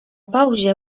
pauzie